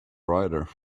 rider